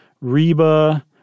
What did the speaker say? Reba